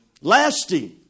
Lasting